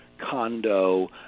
Condo